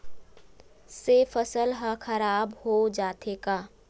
से फसल ह खराब हो जाथे का?